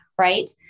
right